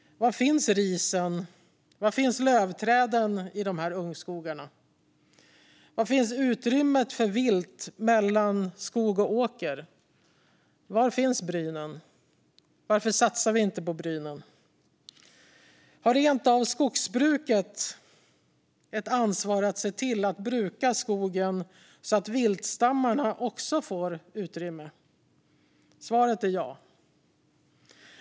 Var finns risen? Var finns lövträden i ungskogarna? Var finns utrymmet för vilt mellan skog och åker? Var finns brynen? Varför satsar vi inte på brynen? Har skogsbruket rent av ett ansvar att se till att bruka skogen så att viltstammarna också får utrymme? Svaret är ja.